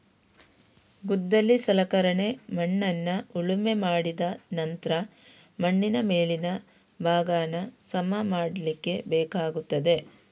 ಗುದ್ದಲಿ ಸಲಕರಣೆ ಮಣ್ಣನ್ನ ಉಳುಮೆ ಮಾಡಿದ ನಂತ್ರ ಮಣ್ಣಿನ ಮೇಲಿನ ಭಾಗಾನ ಸಮ ಮಾಡ್ಲಿಕ್ಕೆ ಬೇಕಾಗುದು